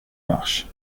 marche